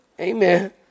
Amen